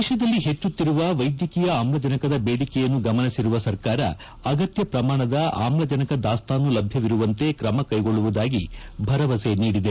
ದೇಶದಲ್ಲಿ ಪೆಚ್ಚುತ್ತಿರುವ ವೈದ್ಯಕೀಯ ಆಮ್ಲಜನಕದ ಬೇಡಿಕೆಯನ್ನು ಗಮನಿಸಿರುವ ಸರ್ಕಾರ ಅಗತ್ಯ ಪ್ರಮಾಣದ ಆಮ್ಲಜನಕ ದಾಸ್ತಾನು ಲಭ್ಯವಿರುವಂತೆ ಕ್ರಮ ಕ್ಲೆಗೊಳ್ಳುವುದಾಗಿ ಭರವಸೆ ನೀಡಿದೆ